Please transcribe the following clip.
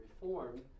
reform